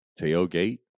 tailgate